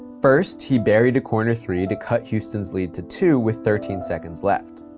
first, he buried a corner three to cut houston's lead to two with thirteen seconds left.